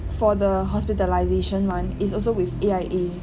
for the hospitalisation [one] it's also with A_I_A